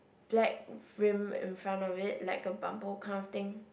black rim in front of it like a bumper kind of thing